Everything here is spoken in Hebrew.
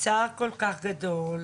צער כל כך גדול,